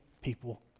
people